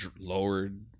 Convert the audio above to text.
lowered